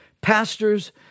pastors